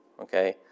Okay